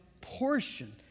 portion